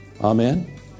Amen